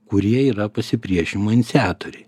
kurie yra pasipriešinimo iniciatoriai